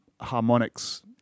harmonics